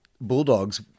Bulldogs